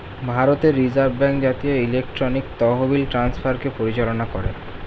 ভারতের reserve bank জাতীয় electronic তহবিল ট্রান্সফারকে পরিচালনা করে